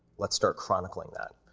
let's start chronicling that,